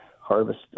harvest